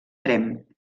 tremp